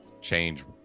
change